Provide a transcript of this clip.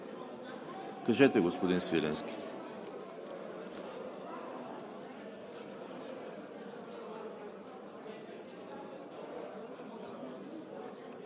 Кажете, господин Свиленски.